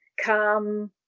come